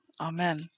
Amen